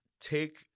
take